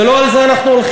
ולא על זה אנחנו הולכים.